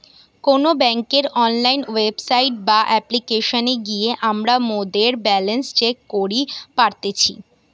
কোনো বেংকের online website বা অপ্লিকেশনে গিয়ে আমরা মোদের ব্যালান্স চেক করি পারতেছি